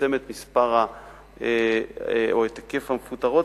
ולצמצם את היקף המפוטרות,